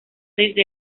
desde